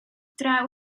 draw